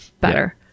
better